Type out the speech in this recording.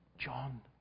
John